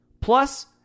plus